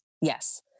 Yes